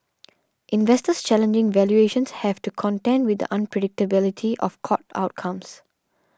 investors challenging valuations have to contend with the unpredictability of court outcomes